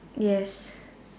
yes